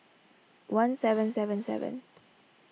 one seven seven seven